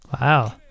Wow